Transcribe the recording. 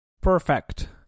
perfect